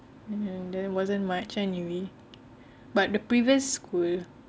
there wasn't much anyway but the previous school